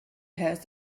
has